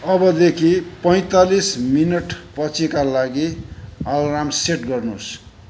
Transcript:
अबदेखि पैँतालिस मिनटपछिका लागि अलार्म सेट गर्नुहोस्